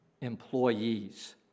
employees